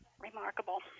Remarkable